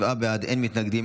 בקריאה השלישית.